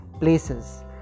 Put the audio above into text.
places